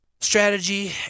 strategy